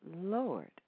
Lord